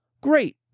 great